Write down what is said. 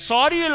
Sorry